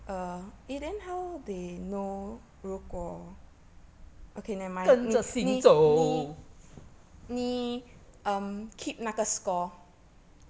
跟着心走